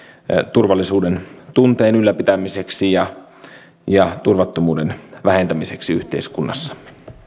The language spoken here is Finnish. turvallisuudentunteen ylläpitämiseksi ja ja turvattomuuden vähentämiseksi yhteiskunnassamme